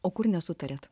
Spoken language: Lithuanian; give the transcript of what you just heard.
o kur nesutariat